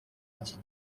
iki